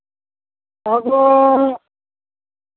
ᱟᱫᱚ